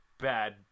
bad